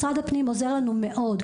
כאן משרד הפנים עוזר לנו מאוד.